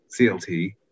CLT